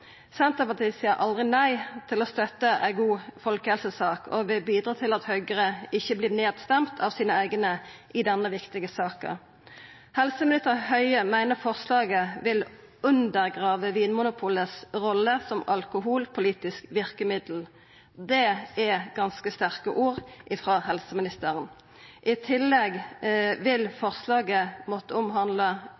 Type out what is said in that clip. Senterpartiet seier aldri nei til å støtta ei god folkehelsesak og vil bidra til at Høgre ikkje vert stemt ned av sine eigne i denne viktige saka. Helseminister Høie meiner forslaget vil undergrava Vinmonopolets rolle som alkoholpolitisk verkemiddel. Det er ganske sterke ord frå helseministeren. I tillegg vil